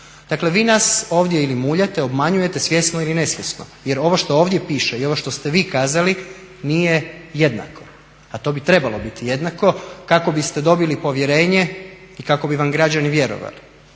Dakle, vi nas ovdje ili muljate, obmanjujete svjesno ili nesvjesno. Jer ovo što ovdje piše i ovo što ste vi kazali nije jednako a to bi trebalo biti jednako kako biste dobili povjerenje i kako bi vam građani vjerovali.